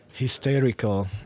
hysterical